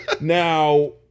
Now